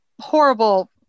horrible